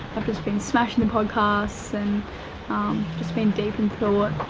i've just been smashing the podcast and just been deep and so ah